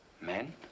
Men